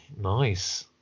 Nice